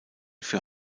für